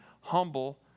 humble